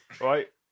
right